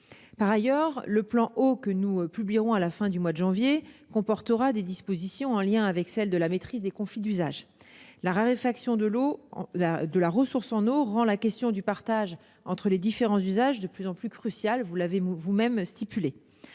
Par ailleurs, le plan Eau que nous publierons à la fin du mois de janvier comportera des dispositions en lien avec celles de la maîtrise des conflits d'usage. La raréfaction de la ressource en eau rend la question du partage entre les différents usages de plus en plus cruciale, comme vous l'avez souligné,